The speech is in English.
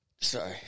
Sorry